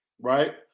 right